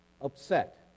Upset